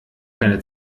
keine